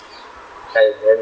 and then